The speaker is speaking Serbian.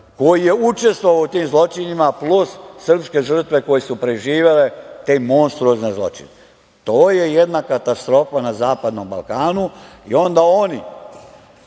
koji je učestvovao u tim zločinima plus srpske žrtve koje su preživele te monstruozne zločine. To je jedna katastrofa na Zapadnom Balkanu i onda oni